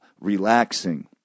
relaxing